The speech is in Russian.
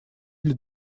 для